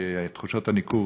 של תחושת הניכור,